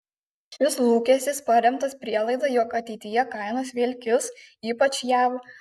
šis lūkestis paremtas prielaida jog ateityje kainos vėl kils ypač jav